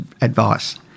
advice